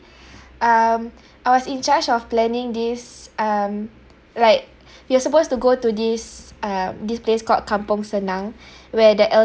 um I was in charge of planning this um like you're supposed to go to this uh this place called kampung senang where the